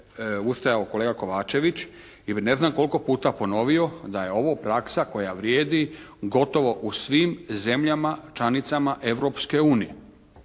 ustajao kolega Kovačević i ne znam koliko puta ponovio da je ovo praksa koja vrijedi gotovo u svim zemljama članicama Europske unije